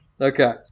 Okay